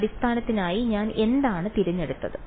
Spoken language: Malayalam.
അടിസ്ഥാനത്തിനായി ഞാൻ എന്താണ് തിരഞ്ഞെടുത്തത്